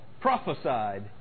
prophesied